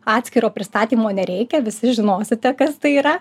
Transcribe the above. atskiro pristatymo nereikia visi žinosite kas tai yra